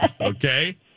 Okay